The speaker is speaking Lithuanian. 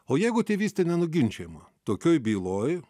o jeigu tėvystė nenuginčijama tokioj byloj